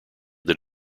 that